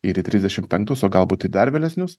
ir į trisdešim penktus o galbūt į dar vėlesnius